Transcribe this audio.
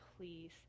please